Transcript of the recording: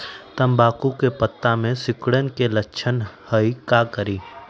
तम्बाकू के पत्ता में सिकुड़न के लक्षण हई का करी?